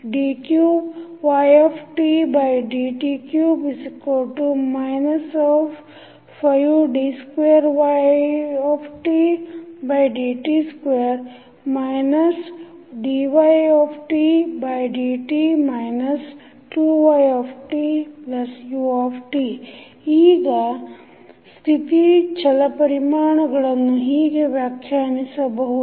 d3ydt3 5d2ytdt2 dytdt 2ytu ಈಗ ಸ್ಥಿತಿ ಛಲಪರಿಮಾಣಗಳನ್ನು ಹೀಗೆ ವ್ಯಾಖ್ಯಾನಿಸಬಹುದು